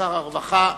שר הרווחה,